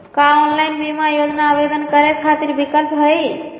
का ऑनलाइन बीमा योजना आवेदन करै खातिर विक्लप हई?